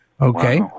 okay